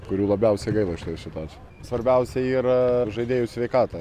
kurių labiausia gaila šitoj situacijoj svarbiausia yra žaidėjų sveikata